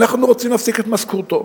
ואנחנו רוצים להפסיק את משכורתו,